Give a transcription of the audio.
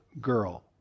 girl